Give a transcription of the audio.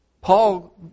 Paul